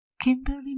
Kimberly